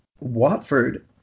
Watford